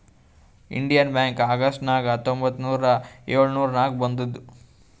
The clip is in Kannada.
ಇಂಡಿಯನ್ ಬ್ಯಾಂಕ್ ಅಗಸ್ಟ್ ನಾಗ್ ಹತ್ತೊಂಬತ್ತ್ ನೂರಾ ಎಳುರ್ನಾಗ್ ಬಂದುದ್